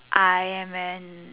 I'm an